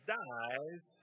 dies